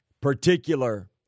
particular